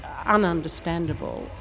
ununderstandable